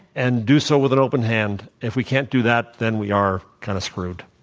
and do so with an open hand. if we can't do that, then we are kind of screwed.